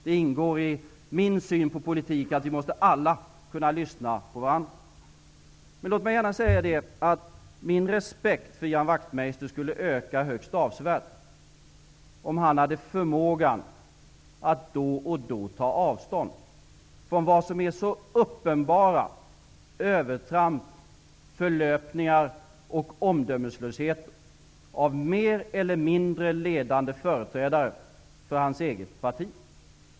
Det ingår i min syn på politiken att vi alla måste kunna lyssna på varandra. Men min respekt för Ian Wachtmeister skulle öka högst avsevärt om han hade förmåga att då och då ta avstånd från vad som är så uppenbara övertramp, förlöpningar och omdömeslösheter från mer eller mindre ledande företrädare för hans eget parti.